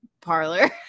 parlor